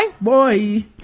boy